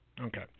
Okay